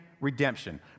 redemption